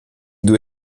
due